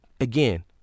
again